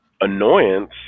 annoyance